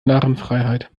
narrenfreiheit